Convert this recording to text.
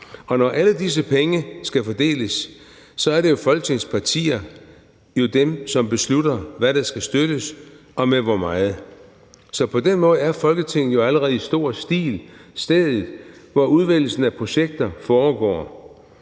og når alle disse penge skal fordeles, er det jo Folketingets partier, som beslutter, hvad der skal støttes og med hvor meget. Så på den måde er Folketinget jo allerede i stor stil stedet, hvor udvælgelsen af projekter foregår,